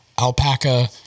alpaca